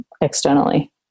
externally